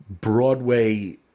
Broadway